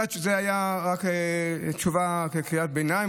זו הייתה תשובה רק לקריאת הביניים,